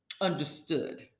understood